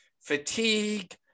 fatigue